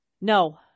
No